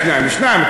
שניים, שניים.